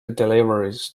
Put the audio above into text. deliveries